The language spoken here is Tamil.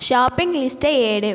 ஷாப்பிங் லிஸ்ட்டை எடு